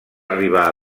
arribar